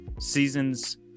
seasons